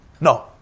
No